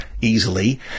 easily